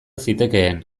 zitekeen